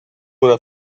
una